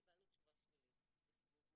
קיבלנו תשובה שלילית וסירוב מוחלט.